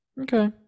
Okay